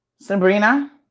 Sabrina